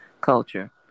culture